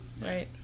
Right